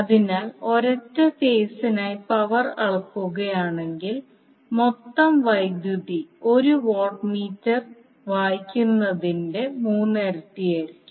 അതിനാൽ ഒരൊറ്റ ഫേസിനായി പവർ അളക്കുകയാണെങ്കിൽ മൊത്തം വൈദ്യുതി 1 വാട്ട് മീറ്റർ വായിക്കുന്നതിന്റെ മൂന്നിരട്ടിയാകും